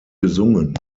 gesungen